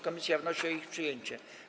Komisja wnosi o ich przyjęcie.